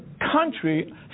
country